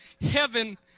heaven